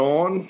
on